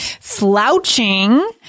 slouching